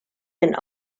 and